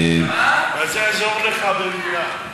מה זה יעזור לך, המליאה?